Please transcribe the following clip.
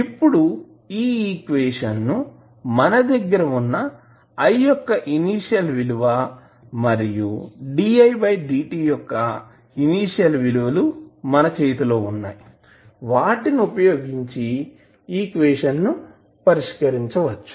ఇప్పుడు ఈ ఈక్వేషన్ ను మన దగ్గర వున్న I యొక్క ఇనీషియల్ విలువ మరియు didt యొక్క ఇనీషియల్ విలువలు మన చేతిలో ఉన్నాయి వాటిని ఉపయోగించి ఈక్వేషన్ ను పరిష్కరించవచ్చు